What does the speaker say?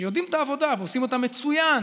שיודעים את העבודה ועושים אותה מצוין